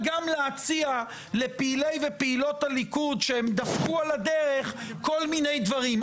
גם להציע ולפעילי ולפעילות הליכוד שהם דפקו על הדרך כל מיני דברים.